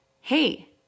hey